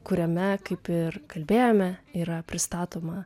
kuriame kaip ir kalbėjome yra pristatoma